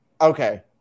okay